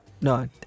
No